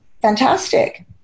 Fantastic